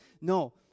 No